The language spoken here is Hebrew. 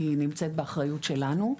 היא נמצאת באחריות שלנו,